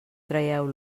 traieu